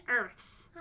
Earths